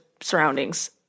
surroundings